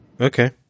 Okay